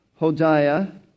Hodiah